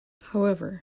however